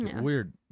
Weird